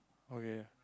okay